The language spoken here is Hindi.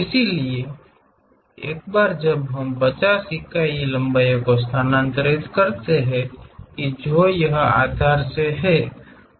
इसलिए एक बार जब हम 50 इकाइयां लंबाई को स्थानांतरित करते हैं कि जो यह आधार से है